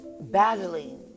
battling